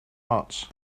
arts